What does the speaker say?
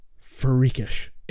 freakish